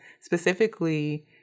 specifically